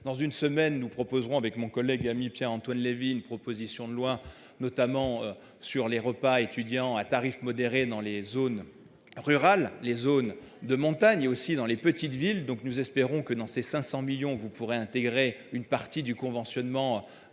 dans une semaine nous proposerons avec mon collègue et ami Pierre-Antoine Levi. Une proposition de loi notamment sur les repas étudiants à tarifs modérés dans les zones rurales, les zones de montagne et aussi dans les petites villes, donc nous espérons que dans ces 500 millions, vous pourrez intégrer une partie du conventionnement